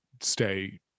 stay